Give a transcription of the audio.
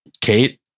Kate